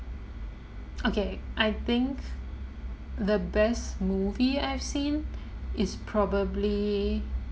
okay I think the best movie I've seen is probably